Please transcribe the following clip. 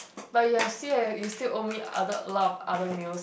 but you are still eh you still owe me a lot of other meals